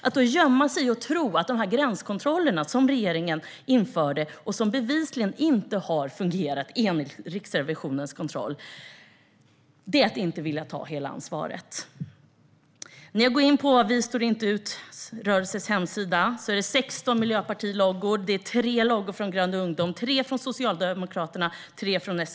Att då gömma sig bakom och försvara de gränskontroller som regeringen införde och som bevisligen inte har fungerat enligt Riksrevisionens rapport är att inte vilja ta hela ansvaret. När jag går in på hemsidan för #vistårinteut ser jag 16 miljöpartiloggor, 3 loggor från Grön ungdom, 3 från Socialdemokraterna och 3 från SSU.